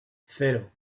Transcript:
cero